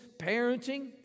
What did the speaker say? parenting